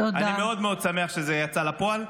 אני מאוד מאוד שמח שזה יצא לפועל.